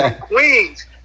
queens